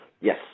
Yes